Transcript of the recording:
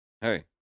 Hey